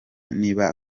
niba